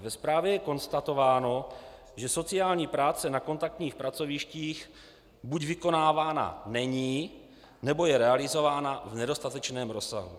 Ve zprávě je konstatováno, že sociální práce na kontaktních pracovištích buď vykonávána není, nebo je realizována v nedostatečném rozsahu.